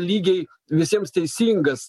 lygiai visiems teisingas